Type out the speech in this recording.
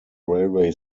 railway